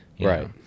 Right